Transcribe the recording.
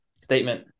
statement